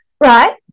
Right